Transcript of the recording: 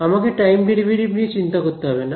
আমাকে time derivative নিয়ে চিন্তা করতে হবে না